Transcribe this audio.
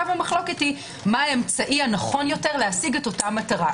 המחלוקת היא מה האמצעי הנכון להשיג את המטרה.